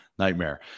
Nightmare